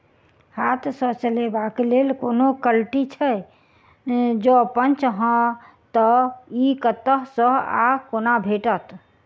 हाथ सऽ चलेबाक लेल कोनों कल्टी छै, जौंपच हाँ तऽ, इ कतह सऽ आ कोना भेटत?